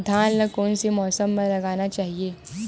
धान ल कोन से मौसम म लगाना चहिए?